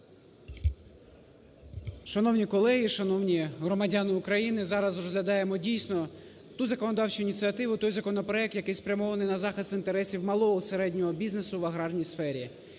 Шановні колеги, шановні громадяни України! Зараз розглядаємо дійсно ту законодавчу ініціативу, той законопроект, який спрямований на захист інтересів малого, середнього бізнесу в аграрній сфері.